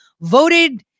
voted